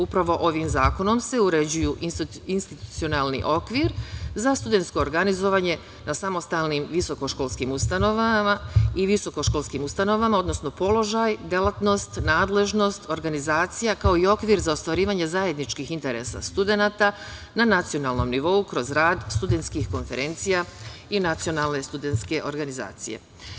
Upravo ovim zakonom se uređuju i institucionalni okvir za studentsko organizovanje na samostalnim visokoškolskim ustanovama i visokoškolskim ustanovama, odnosno položaj, delatnost, nadležnost, organizacija, kao i okvir za ostvarivanje zajedničkih interesa studenata na nacionalnom nivou kroz rad studentskih konferencija i Nacionalne studentske organizacije.